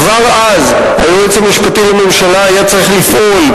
כבר אז היועץ המשפטי לממשלה היה צריך לפעול,